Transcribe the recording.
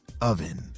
oven